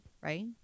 right